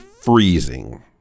freezing